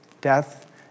Death